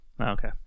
okay